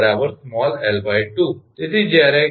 તેથી 𝑠 𝑙2